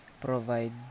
provide